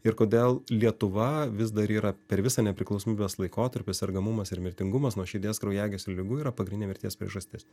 ir kodėl lietuva vis dar yra per visą nepriklausomybės laikotarpį sergamumas ir mirtingumas nuo širdies kraujagyslių ligų yra pagrindinė mirties priežastis